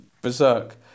berserk